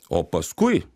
o paskui